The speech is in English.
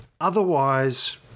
otherwise